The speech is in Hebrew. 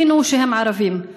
הבינו שהם ערבים,